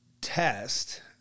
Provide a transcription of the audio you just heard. test